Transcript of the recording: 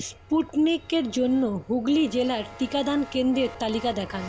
স্পুটনিকের জন্য হুগলি জেলার টিকাদান কেন্দ্রের তালিকা দেখান